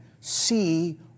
see